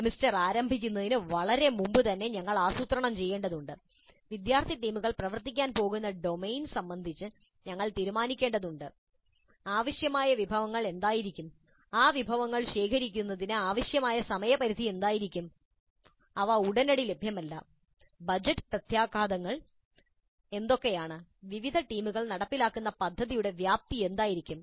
semester ആരംഭിക്കുന്നതിന് വളരെ മുമ്പുതന്നെ ഞങ്ങൾ ആസൂത്രണം ചെയ്യേണ്ടതുണ്ട് വിദ്യാർത്ഥി ടീമുകൾ പ്രവർത്തിക്കാൻ പോകുന്ന ഡൊമെയ്ൻ സംബന്ധിച്ച് ഞങ്ങൾ തീരുമാനിക്കേണ്ടതുണ്ട് ആവശ്യമായ വിഭവങ്ങൾ എന്തായിരിക്കും ആ വിഭവങ്ങൾ ശേഖരിക്കുന്നതിന് ആവശ്യമായ സമയപരിധി എന്തായിരിക്കും അവ ഉടനടി ലഭ്യമല്ല ബജറ്റ് പ്രത്യാഘാതങ്ങൾ എന്തൊക്കെയാണ് വിവിധ ടീമുകൾ നടപ്പിലാക്കുന്ന പദ്ധതിയുടെ വ്യാപ്തി എന്തായിരിക്കും